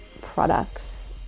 products